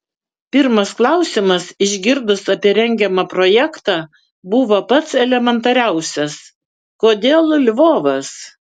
pirmas klausimas išgirdus apie rengiamą projektą buvo pats elementariausias kodėl lvovas